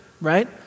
right